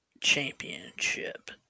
championship